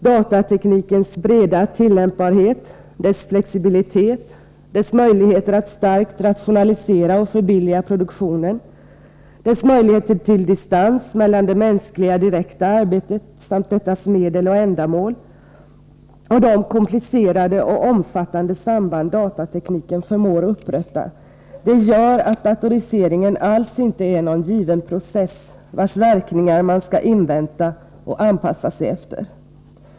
Datateknikens breda tillämpbarhet, dess flexibilitet, dess möjligheter att starkt rationalisera och förbilliga produktionen, dess möjligheter till distans mellan det mänskliga, direkta arbetet och dettas medel och ändamål samt de komplicerade och omfattande samband datatekniken förmår upprätta gör att datoriseringen alls inte är någon given process, vars verkningar man skall invänta och anpassa sig efter.